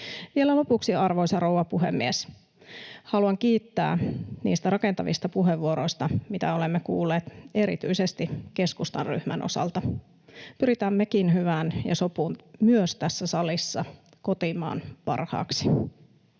Vielä lopuksi, arvoisa rouva puhemies, haluan kiittää niistä rakentavista puheenvuoroista, mitä olemme kuulleet erityisesti keskustan ryhmän osalta. Pyritään mekin hyvään ja sopuun myös tässä salissa kotimaan parhaaksi.